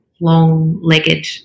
long-legged